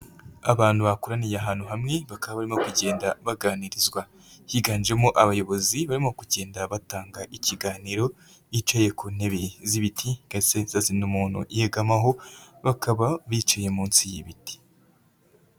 Abantu bakoraniye ahantu hamwe bakaba barimo kugenda baganirizwa, higanjemo abayobozi barimo kugenda batanga ikiganiro yicaye ku ntebe z'ibiti ndetse zazindi umuntu yegamaho bakaba bicaye munsi y'ibiti.